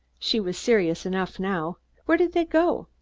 she was serious enough now where did they go?